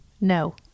No